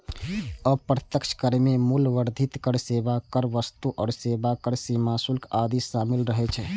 अप्रत्यक्ष कर मे मूल्य वर्धित कर, सेवा कर, वस्तु आ सेवा कर, सीमा शुल्क आदि शामिल रहै छै